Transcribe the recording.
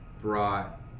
brought